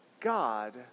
God